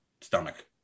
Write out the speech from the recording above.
stomach